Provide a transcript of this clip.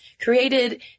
created